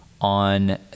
on